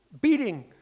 beating